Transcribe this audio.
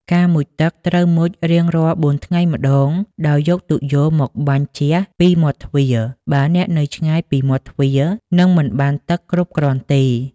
ការមុជទឹកត្រូវមុជរៀងរាល់បួនថ្ងៃម្តង ដោយយកទុយយ៉ូមកបាញ់ជះពីមាត់ទ្វារ បើអ្នកនៅឆ្ងាយពីមាត់ទ្វារនឹងមិនបានទឹកគ្រប់គ្រាន់ទេ។